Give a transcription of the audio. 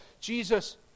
Jesus